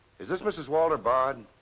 is this mrs. walter bard?